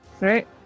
right